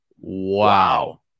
Wow